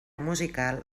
musical